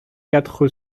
quatre